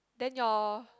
then your